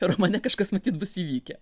ir už mane kažkas matyt bus įvykę